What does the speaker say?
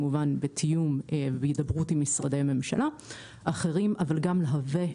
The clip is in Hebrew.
כמובן בתיאום והידברות עם משרדי ממשלה אחרים אבל גם להוות,